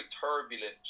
turbulent